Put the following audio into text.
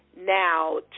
now